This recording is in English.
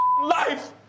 life